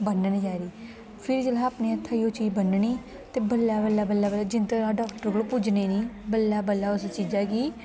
बन्ननी चाहिदी फिर जिसले अस अपने हत्थे गी ओह् चीज बन्ननी ते बल्लें बल्लें जिन्ने चिर तकर डाॅक्टर कोल पुज्जन नेईं बल्लें बल्लें उस चीजां गी